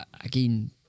again